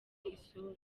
isura